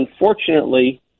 unfortunately